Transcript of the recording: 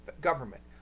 government